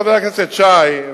חבר הכנסת שי,